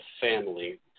family